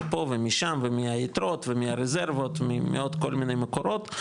מפה ומשם ומהיתרות ומהרזרבות ומעוד כל מיני מקורות,